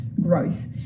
growth